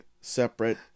separate